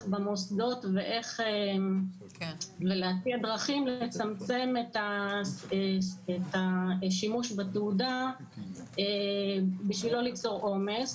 במוסדות ולהציע דרכים לצמצם את השימוש בתעודה בשביל לא ליצור עומס.